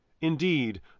Indeed